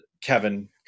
Kevin